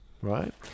right